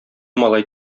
малай